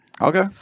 Okay